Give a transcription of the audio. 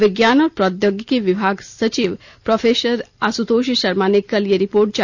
विज्ञान और प्रौद्योगिकी विभाग सचिव प्रोफेसर आशुतोष शर्मा ने कल यह रिपोर्ट जारी की